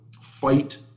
fight